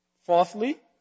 Fourthly